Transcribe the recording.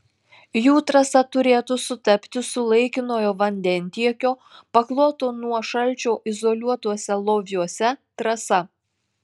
jų trasa turėtų sutapti su laikinojo vandentiekio pakloto nuo šalčio izoliuotuose loviuose trasa